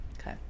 Okay